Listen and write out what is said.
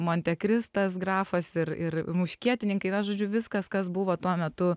montekristas grafas ir ir muškietininkai na žodžiu viskas kas buvo tuo metu